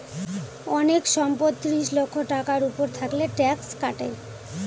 অনেক সম্পদ ত্রিশ লক্ষ টাকার উপর থাকলে ট্যাক্স কাটে